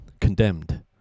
condemned